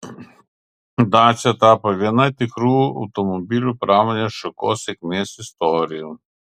dacia tapo viena tikrų automobilių pramonės šakos sėkmės istorijų